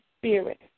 Spirit